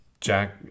jack